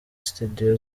studio